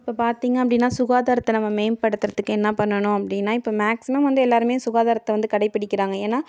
இப்போ பார்த்திங்க அப்படின்னா சுகாதாரத்தை நம்ம மேம்படுத்துறதுக்கு என்ன பண்ணணும் அப்படின்னா இப்போ மேக்சிமம் வந்து எல்லாருமே சுகாதாரத்தை வந்து கடைபிடிக்கிறாங்க ஏன்னா